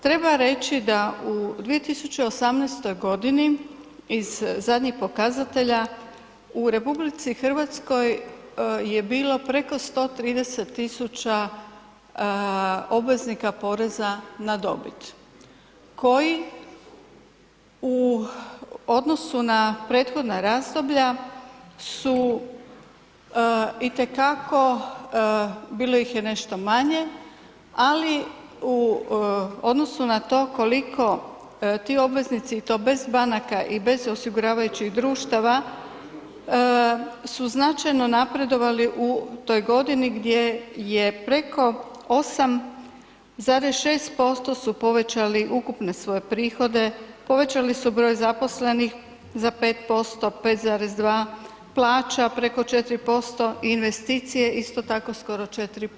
Treba reći da u 2018. g. iz zadnjih pokazatelja u RH je bilo preko 130 000 obveznika poreza na dobit koji u odnosu na prethodna razdoblja su itekako, bilo ih je nešto manje, ali u odnosu na to koliko ti obveznici i to bez banaka i bez osiguravajućih društava su značajno napredovali u toj godini gdje je preko 8,6% su povećali ukupne svoje prihode, povećali su broj zaposlenih za 5%, 5,2, plaća preko 4% i investicije isto tako skoro 4%